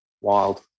wild